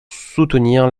soutenir